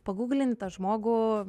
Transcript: pagūglini tą žmogų